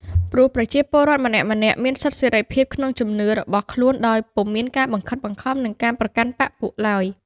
ព្រោះប្រជាពលរដ្ឋម្នាក់ៗមានសិទ្ធិសេរីភាពក្នុងជំនឿរបស់ ខ្លួនដោយពុំមានការបង្ខិតបង្ខំ និងការប្រកាន់បក្សពួកឡើយ ។